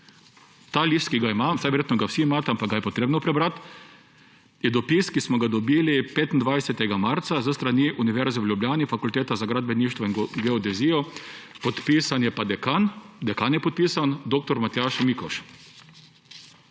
Ta list, ki ga imam, vsaj verjetno ga vsi imate, ampak ga je treba prebrati, je dopis, ki smo ga dobili 25. marca s strani Univerze v Ljubljani, Fakulteta za gradbeništvo in geodezijo, podpisan je dekan dr. Matjaž Mikoš.